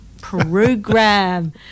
program